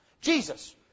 Jesus